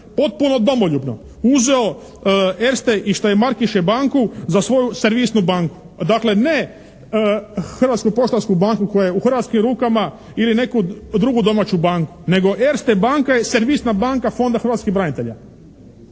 potpuno domoljubno uzeto Erste&Steiermärkische banku za svoju servisnu banku. Dakle, ne Hrvatsku poštansku banku koja je u hrvatskim rukama ili neku drugu domaću banku nego Erste banka je servisna banka Fonda hrvatskih branitelja.